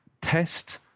test